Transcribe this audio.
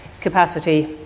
capacity